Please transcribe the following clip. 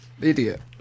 Idiot